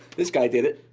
this guy did it.